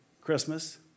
Christmas